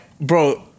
bro